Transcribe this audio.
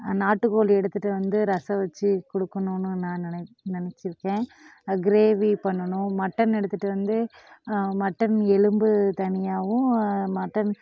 நாட்டுக்கோழி எடுத்துகிட்டு வந்து ரசம் வச்சு கொடுக்கணுன்னு நான் நென நினைச்சிருக்கேன் கிரேவி பண்ணணும் மட்டன் எடுத்துகிட்டு வந்து மட்டன் எலும்பு தனியாகவும் மட்டன்